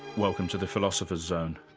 welcome to the philosopher's zone.